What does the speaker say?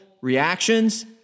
reactions